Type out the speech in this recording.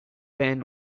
band